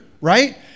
right